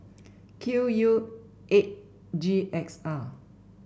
Q U eight G X R